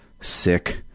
sick